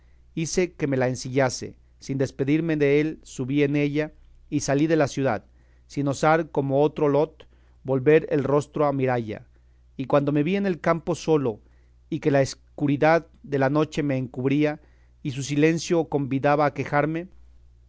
hice que me la ensillase sin despedirme dél subí en ella y salí de la ciudad sin osar como otro lot volver el rostro a miralla y cuando me vi en el campo solo y que la escuridad de la noche me encubría y su silencio convidaba a quejarme